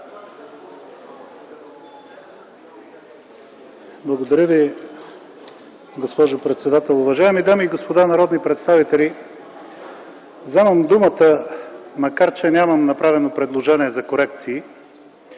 Благодаря Ви, госпожо председател. Уважаеми дами и господа народни представители, вземам думата, макар че нямам направено предложение за корекции,